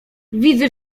widzę